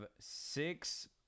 Six